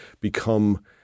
become